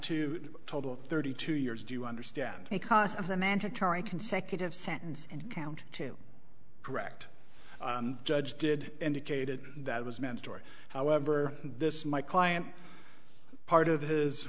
to total thirty two years do you understand the cost of the mandatory consecutive sentence and count to correct judge did indicated that was mandatory however this my client part of